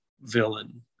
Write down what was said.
villain